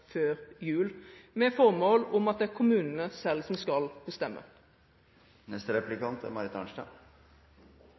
før jul, med det formål at det er kommunene selv som skal bestemme.